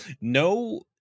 no